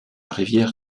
rivière